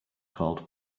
called